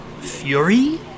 fury